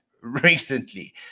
recently